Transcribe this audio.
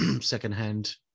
secondhand